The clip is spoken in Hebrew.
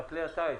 בכלי הטיס.